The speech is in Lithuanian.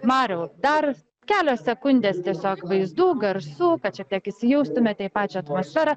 mariau dar kelios sekundės tiesiog vaizdų garsų kad šiek tiek įsijaustumėte į pačią atmosferą